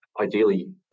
ideally